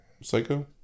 Psycho